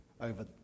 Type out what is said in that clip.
over